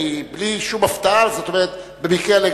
בלי שום הפתעה,